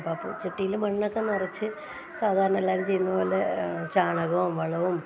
അപ്പം ആ പൂച്ചട്ടിയിൽ മണ്ണൊക്കെ നിറച്ച് സാധാരണ എല്ലാവരും ചെയ്യുന്നതുപോലെ ചാണകവും വളവും